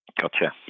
Gotcha